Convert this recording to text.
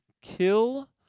kill